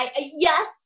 yes